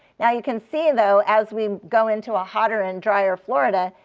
now, you can see, though, as we go into a hotter and drier florida,